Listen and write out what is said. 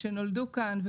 המתווכים.